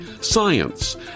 science